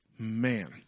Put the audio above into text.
man